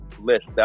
list